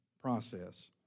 process